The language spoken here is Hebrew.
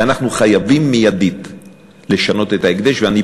ואנחנו חייבים לשנות את תנאי ההקדש מייד.